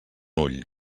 ull